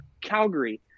Calgary